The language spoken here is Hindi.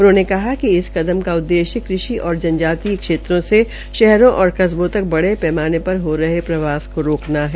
उन्होंने कहा कि इस कदम का उद्देश्य कृषि और जनजातीय क्षेत्रों से शहरों और कस्बों तक बड़े पैमाने पर हो रहे प्रवास को रोकना है